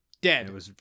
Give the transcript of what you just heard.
Dead